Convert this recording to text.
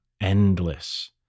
endless